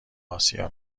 آسیا